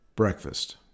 Breakfast